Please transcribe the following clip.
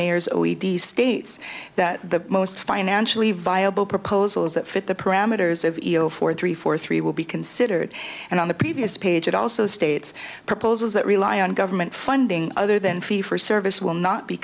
mayor's o e d states that the most financially viable proposals that fit the parameters of evo four three four three will be considered and on the previous page it also states proposals that rely on government funding other than fee for service will not be